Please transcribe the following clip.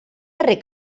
darrer